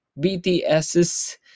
bts's